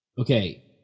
okay